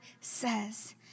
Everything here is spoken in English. says